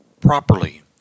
properly